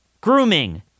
grooming